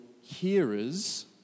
hearers